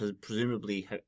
Presumably